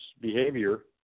behavior